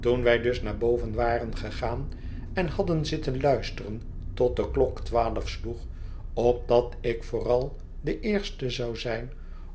toen wij dus naar boven waren gegaan en hadden zitten luisteren tot de klok twaalf sloeg opdat ik vooral de eerste zou zijn